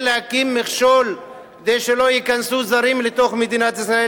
להקים מכשול כדי שלא ייכנסו זרים למדינת ישראל,